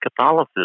Catholicism